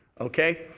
okay